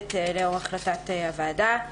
יורדת לאור החלטת הוועדה.